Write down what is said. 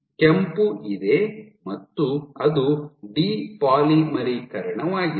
ಕೆಂಪು ಇದೆ ಮತ್ತು ಅದು ಡಿ ಪಾಲಿಮರೀಕರಣವಾಗಿದೆ